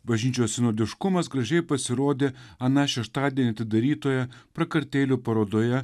bažnyčios sinodiškumas gražiai pasirodė aną šeštadienį atidarytoje prakartėlių parodoje